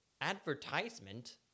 advertisement